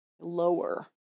Lower